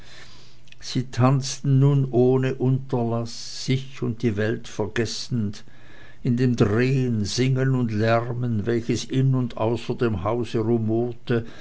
sie tanzten nun ohne unterlaß sich und die welt vergessend in dem drehen singen und lärmen welches in und außer dem hause